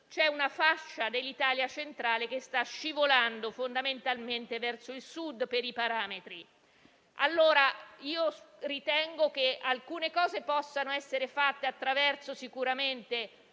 C'è una fascia dell'Italia centrale che sta scivolando fondamentalmente verso il Sud per i parametri. Ritengo che alcune cose possano essere fatte sicuramente